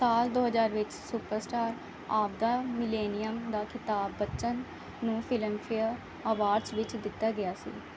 ਸਾਲ ਦੋ ਹਜ਼ਾਰ ਵਿੱਚ ਸੁਪਰਸਟਾਰ ਆਵਦਾ ਮਿਲੇਨੀਅਮ ਦਾ ਖ਼ਿਤਾਬ ਬੱਚਨ ਨੂੰ ਫਿਲਮਫੇਅਰ ਅਵਾਰਡਜ਼ ਵਿੱਚ ਦਿੱਤਾ ਗਿਆ ਸੀ